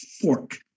fork